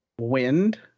wind